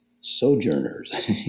sojourners